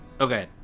Okay